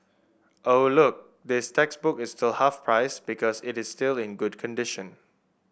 oh look this textbook is still half price because it is still in good condition